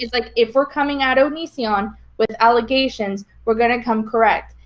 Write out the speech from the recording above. like, if we're coming at onision with allegations we're gonna come correct.